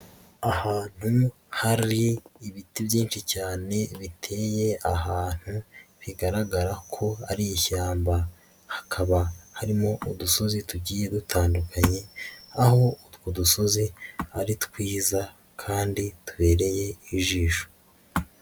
Ahantu hari ibiti byinshi cyane biteye ahantu bigaragara ko ari ishyamba, hakaba harimo udusozi tugiye dutandukanye aho utwo dusozi ari twiza kandi tubereye ijisho.